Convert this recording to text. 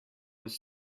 was